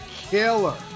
killer